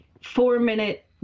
four-minute